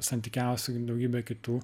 santykiauja su daugybe kitų